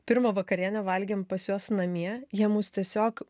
pirmą vakarienę valgėm pas juos namie jie mus tiesiog